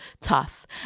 tough